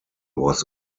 was